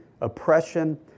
oppression